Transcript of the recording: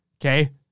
Okay